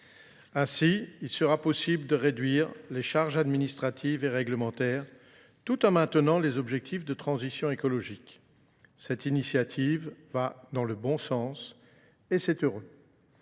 Ainsi, il sera possible de réduire les charges administratives et réglementaires tout en maintenant les objectifs de transition écologique. Cette initiative va dans le bon sens et c'est heureux.